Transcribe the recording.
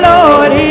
Lord